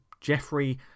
Jeffrey